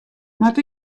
moat